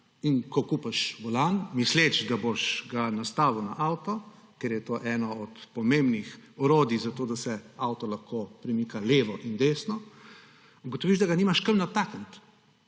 In ko kupiš volan, misleč, da ga boš nastavil na avto, ker je to eno od pomembnih orodij za to, da se avto lahko premika levo in desno, ugotoviš, da ga nimaš kam natakniti,